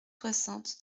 soixante